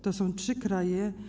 To są trzy kraje.